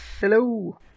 Hello